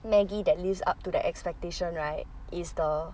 Maggi that lives up to the expectation right is the